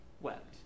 wept